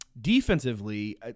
Defensively